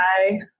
hi